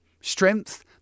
strength